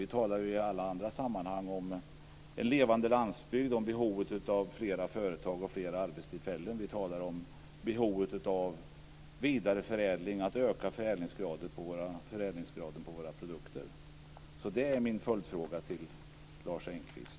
Vi talar i andra sammanhang om en levande landsbygd och om behovet av flera företag och flera arbetstillfällen. Vi talar om behovet av vidareförädling och att öka förädlingsgraden på våra produkter. Det är min följdfråga till Lars Engqvist.